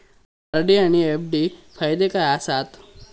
RD आनि FD फायदे काय आसात?